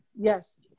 Yes